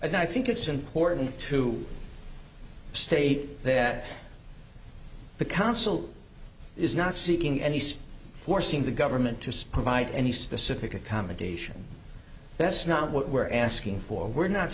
i think it's important to state that the council is not seeking any space forcing the government to provide any specific accommodation that's not what we're asking for we're not